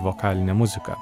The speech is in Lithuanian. vokalinė muzika